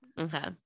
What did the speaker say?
Okay